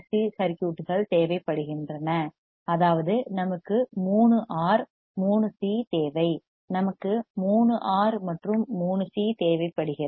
சிRC சர்க்யூட்கள் தேவைப்படுகின்றன அதாவது நமக்கு 3 ஆர் R மற்றும் 3 சி C தேவை நமக்கு 3 ஆர் R மற்றும் 3 சி C தேவைப்படுகிறது